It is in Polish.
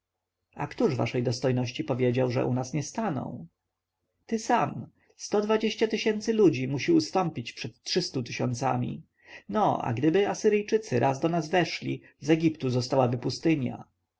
a któż waszej dostojności powiedział że u nas nie staną ty sam sto dwadzieścia tysięcy ludzi musi ustąpić przed trzystu tysiącami no a gdyby asyryjczycy raz do nas weszli z egiptu zostałaby pustynia